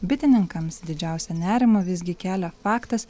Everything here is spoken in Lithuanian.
bitininkams didžiausią nerimą visgi kelia faktas